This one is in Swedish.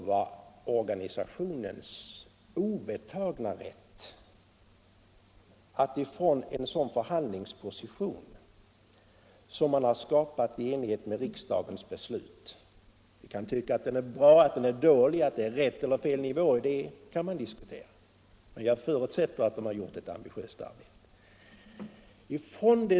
Vi kan diskutera om det är bra eller dåligt att organisationen genom riksdagens beslut har fått denna förhandlingsposition, men jag förutsätter att organisationen gjort ett ambitiöst arbete.